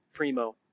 Primo